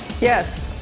Yes